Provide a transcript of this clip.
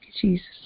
Jesus